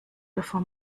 bevor